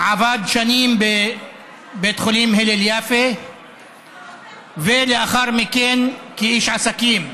הוא עבד שנים בבית החולים הלל יפה ולאחר מכן כאיש עסקים.